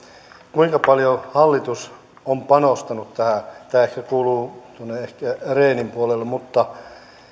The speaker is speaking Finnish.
kuinka paljon hallitus on panostanut tähän tämä ehkä kuuluu tuonne rehnin puolelle mutta